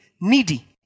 needy